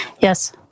Yes